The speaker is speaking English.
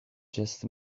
just